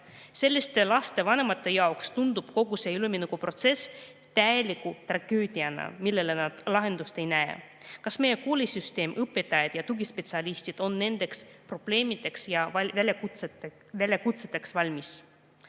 Selliste laste vanemate jaoks tundub kogu see üleminekuprotsess täieliku tragöödiana, millele nad lahendust ei näe. Kas meie koolisüsteem, õpetajad ja tugispetsialistid on nendeks probleemideks ja väljakutseteks valmis?